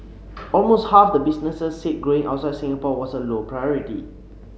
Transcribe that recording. almost half the businesses said growing outside Singapore was a low priority